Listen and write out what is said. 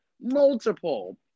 Multiple